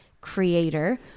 creator